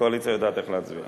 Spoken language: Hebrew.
הקואליציה יודעת איך להצביע.